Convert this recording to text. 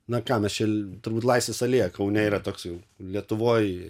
na ką mes čia turbūt laisvės alėja kaune yra toks jau lietuvoj